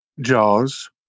JAWS